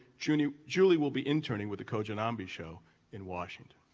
julie julie will be interning with the kojanambi show in washington.